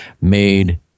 made